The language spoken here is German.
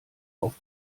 auf